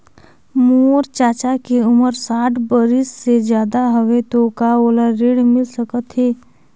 मोर चाचा के उमर साठ बरिस से ज्यादा हवे तो का ओला ऋण मिल सकत हे?